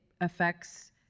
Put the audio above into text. affects